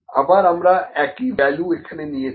আবার আমরা একই ভ্যালু এখানে নিয়েছি